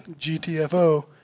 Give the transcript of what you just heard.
GTFO